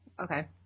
okay